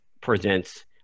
presents